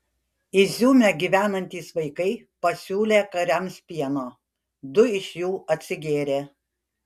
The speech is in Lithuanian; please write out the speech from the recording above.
iziume gyvenantys vaikai pasiūlė kariams pieno du iš jų atsigėrė